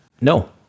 No